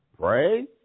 Pray